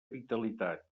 vitalitat